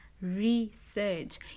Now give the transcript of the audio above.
research